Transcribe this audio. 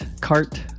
cart